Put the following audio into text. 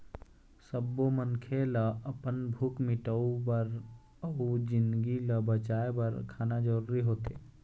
सब्बो मनखे ल अपन भूख मिटाउ बर अउ जिनगी ल बचाए बर खाना जरूरी होथे